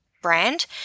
brand